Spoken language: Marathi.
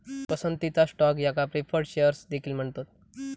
पसंतीचा स्टॉक याका प्रीफर्ड शेअर्स देखील म्हणतत